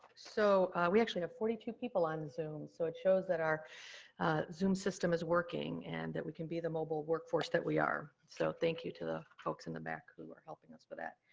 so, we actually have forty two people on zoom. so it shows that our zoom system is working and that we can be the mobile workforce that we are. so, thank you to the folks in the back who are helping us for that.